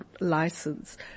license